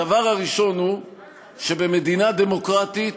הדבר הראשון הוא שבמדינה דמוקרטית